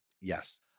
Yes